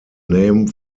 name